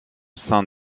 sein